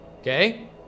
okay